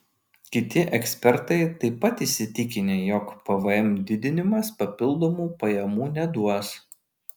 kiti ekspertai taip pat įsitikinę jog pvm didinimas papildomų pajamų neduos